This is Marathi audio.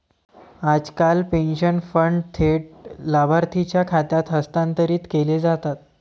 आजकाल पेन्शन फंड थेट लाभार्थीच्या खात्यात हस्तांतरित केले जातात